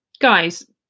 guys